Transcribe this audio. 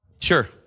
Sure